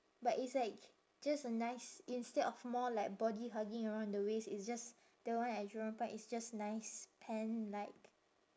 but it's like just a nice instead of more like body hugging around the waist it's just the one at jurong point is just nice pant like